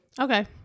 Okay